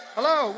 Hello